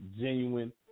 genuine